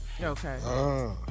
Okay